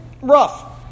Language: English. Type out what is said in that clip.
rough